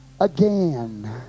again